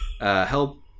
help